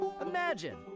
Imagine